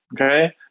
okay